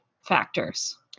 factors